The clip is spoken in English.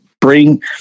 bring